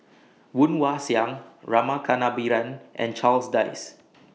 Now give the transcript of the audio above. Woon Wah Siang Rama Kannabiran and Charles Dyce